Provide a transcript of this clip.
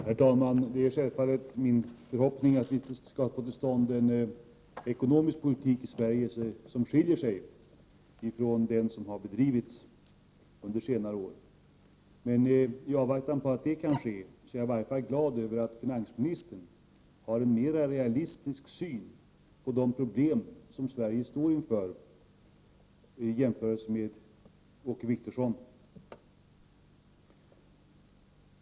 Herr talman! Det är självfallet min förhoppning att vi skall få till stånd en ekonomisk politik som skiljer sig från den som har bedrivits under senare år. I avvaktan på att det kan ske är jag i varje fall glad över att finansministern har en mer realistisk syn på de problem som Sverige står inför än den som Åke Wictorsson har.